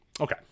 okay